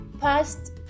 past